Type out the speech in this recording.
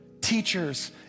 teachers